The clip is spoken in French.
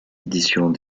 éditions